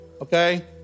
okay